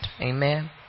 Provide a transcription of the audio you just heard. Amen